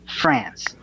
france